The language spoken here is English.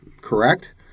correct